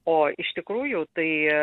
o iš tikrųjų tai